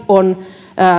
on